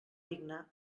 digne